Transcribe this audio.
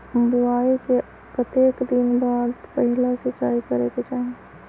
बोआई के कतेक दिन बाद पहिला सिंचाई करे के चाही?